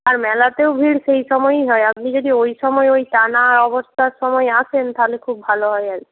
আর মেলাতেও ভিড় সেই সময়ই হয় আপনি যদি ওই সময় ওই টানা অবস্থার সময় আসেন তাহলে খুব ভালো হয় আর কি